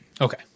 Okay